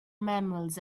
mammals